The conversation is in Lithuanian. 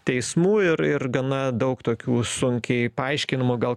teismų ir ir gana daug tokių sunkiai paaiškinamų gal